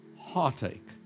heartache